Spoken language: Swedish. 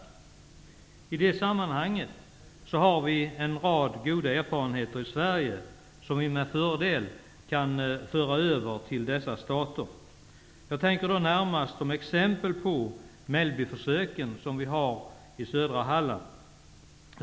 I det sammanhanget har vi en rad goda erfarenheter i Sverige som vi med fördel kan föra över till dessa stater. Jag tänker närmast på Mellbyförsöken som vi har i södra Halland.